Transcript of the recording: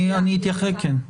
אני אתייחס, כן.